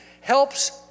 helps